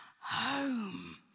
home